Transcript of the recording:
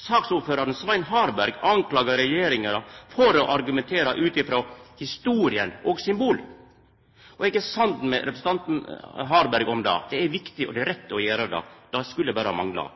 Saksordføraren, Svein Harberg, kritiserer regjeringa for å argumentera ut frå historia og ut frå symbol. Eg er samd med representanten Harberg i at ho gjer det. Det er viktig og rett å gjera det; det skulle berre mangla!